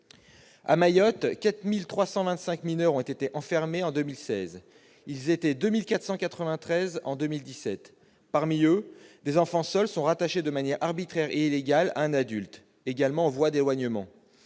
À Mayotte, 4 325 mineurs ont été enfermés en 2016, contre 2 493 en 2017. Parmi eux, des enfants seuls sont rattachés de manière arbitraire et illégale à un adulte, également en voie d'éloignement,